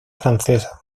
francesa